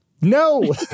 No